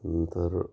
नंतर